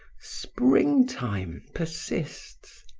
springtime persists.